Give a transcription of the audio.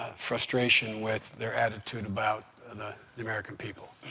frustration with their attitude about and the the american people.